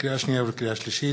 לקריאה שנייה ולקריאה שלישית: